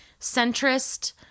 centrist